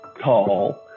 Call